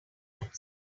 boots